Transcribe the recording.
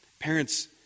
Parents